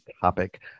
topic